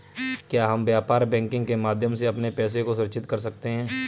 क्या हम व्यापार बैंकिंग के माध्यम से अपने पैसे को सुरक्षित कर सकते हैं?